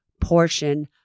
portion